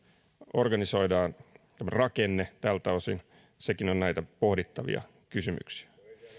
organisoidaan tämä rakennekin tältä osin on näitä pohdittavia kysymyksiä